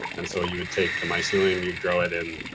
and so you would take the mycelium, you'd grow it in,